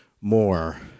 more